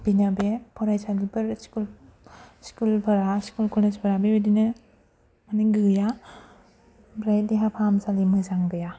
बेना बे फरायसालिफोर स्कुलफोरा स्कुल कलेजफोरा बेबायदिनो मानि गैया आमफ्राय देहा फाहामसालि मोजां गैया